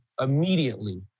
immediately